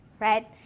right